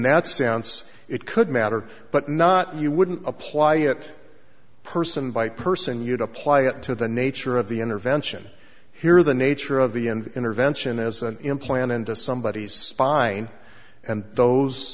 that sense it could matter but not you wouldn't apply it person by person you'd apply it to the nature of the intervention here the nature of the end intervention as an implant into somebody's spine and those